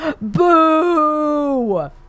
Boo